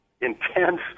intense